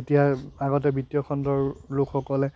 এতিয়া আগতে বৃত্তীয় খণ্ডৰ লোকসকলে